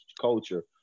culture